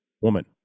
woman